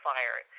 Fire